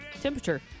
Temperature